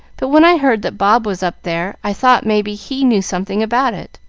but when i heard that bob was up there i thought may be he knew something about it,